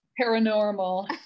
paranormal